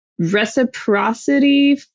reciprocity